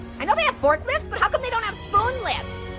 i know they have forklifts, but how come they don't have spoon lifts?